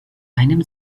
einem